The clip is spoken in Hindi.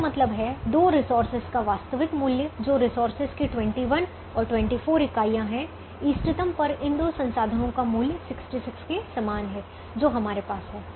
इसका मतलब है दो रिसोर्सेज का वास्तविक मूल्य जो रिसोर्सेज की 21 और 24 इकाइयाँ हैं इष्टतम पर इन दो संसाधनों का मूल्य 66 के समान है जो हमारे पास है